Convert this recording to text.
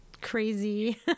crazy